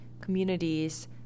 communities